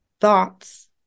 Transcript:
thoughts